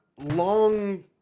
long